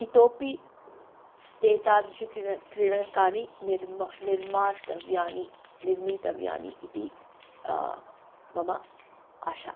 इतोपि एतादृशं क्रीडनकं क्रीडनकानि निर्मा निर्मीतव्यानि निर्मीतव्यानि इति मम आशा